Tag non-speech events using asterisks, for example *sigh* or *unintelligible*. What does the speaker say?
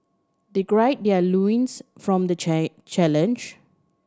they *unintelligible* their loins from the chair challenge